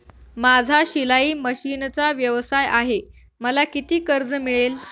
माझा शिलाई मशिनचा व्यवसाय आहे मला किती कर्ज मिळेल?